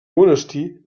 monestir